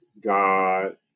God